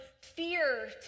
fear